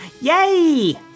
Yay